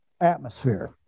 atmosphere